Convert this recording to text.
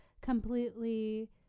completely